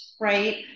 right